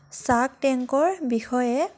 শ্বাক টেংকৰ বিষয়ে